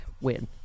win